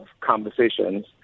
conversations